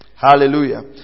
Hallelujah